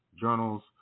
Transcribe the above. journals